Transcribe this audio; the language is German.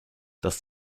das